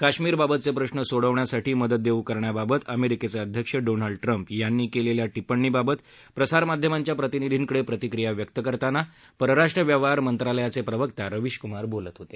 काश्मीरबाबतचे प्रश्न सोडवण्यासाठी मदत देऊ करण्याबाबत अमेरिकेचे अध्यक्ष डोनाल्ड ट्रम्प यांनी केलेल्या टिप्पणीबाबत प्रसारमाध्यमांच्या प्रतिनिधींकडे प्रतिक्रिया व्यक्त करताना परराष्ट्र व्यवहार मंत्रालयाचे प्रवक्ता रवीश कुमार बोलत होते